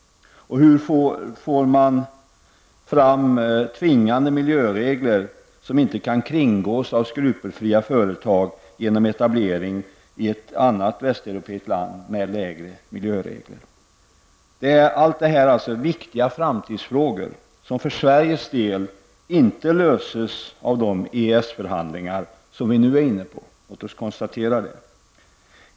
Hur får man fram tvingande miljöregler som inte kan kringgås av skrupelfria företag genom etablering i ett annat västeuropeiskt land med lägre miljökrav? Alla dessa frågor är viktiga framtidsfrågor som för Sveriges del inte löses av de EES-förhandlingar som vi nu är inne på. Låt oss konstatera det.